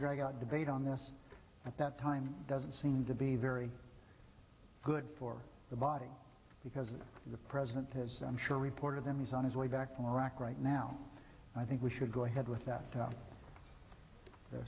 drag out debate on this at that time doesn't seem to be very good for the body because the president has i'm sure reported them is on his way back from iraq right now and i think we should go ahead with that